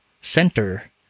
center